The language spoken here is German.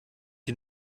die